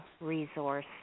resource